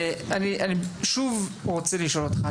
אני שוב רוצה לשאול אותך,